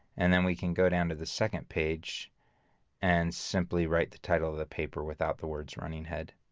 and then we can go down to the second page and simply write the title of the paper without the words running head.